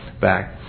back